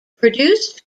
produced